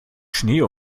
schnee